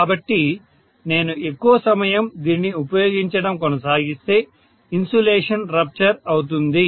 కాబట్టి నేను ఎక్కువ సమయం దీనిని ఉపయోగించడం కొనసాగిస్తే ఇన్సులేషన్ రప్చర్ అవుతుంది